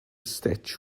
stitch